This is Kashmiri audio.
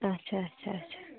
اچھا اچھا اچھا